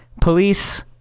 police